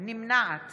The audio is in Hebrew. נמנעת